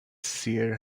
seer